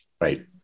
right